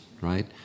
right